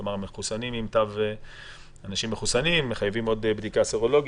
כלומר מחוסנים עם תו ומחוסנים עם בדיקה סרולוגית,